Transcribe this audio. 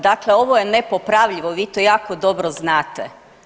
Dakle, ovo je nepopravljivo, vi to jako dobro znate.